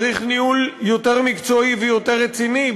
צריך ניהול יותר מקצועי ויותר רציני,